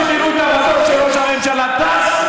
כל פעם שתראו המטוס של ראש הממשלה טס,